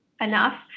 enough